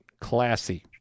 Classy